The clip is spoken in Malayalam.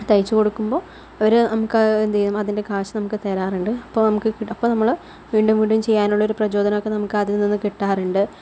തയ്ച്ചു കൊടുക്കുമ്പോൾ അവര് നമുക്ക് എന്ത് ചെയ്യും അതിൻ്റെ കാശ് നമുക്ക് തരാറുണ്ട് അപ്പോൾ നമുക്ക് അപ്പോൾ നമ്മള് വീണ്ടും വീണ്ടും ചെയ്യാനുള്ളൊരു പ്രചോദനമൊക്കെ നമുക്കതിൽ നിന്നും കിട്ടാറുണ്ട്